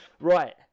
Right